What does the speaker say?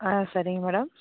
ஆ சரிங்க மேடம்